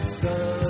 sun